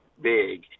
big